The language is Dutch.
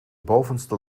bovenste